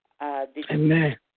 Amen